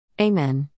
Amen